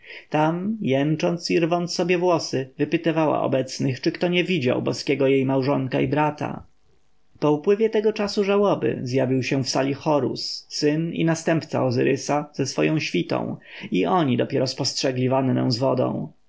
tam jęcząc i rwąc sobie włosy wypytywała obecnych czy kto nie widział boskiego jej małżonka i brata po upływie tego czasu żałoby zjawił się w sali horus syn i następca ozyrysa ze swoją świtą i oni dopiero spostrzegli wannę z wodą